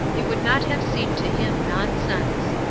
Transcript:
it would not have seemed to him nonsense.